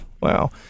Wow